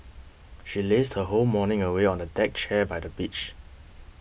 she lazed her whole morning away on a deck chair by the beach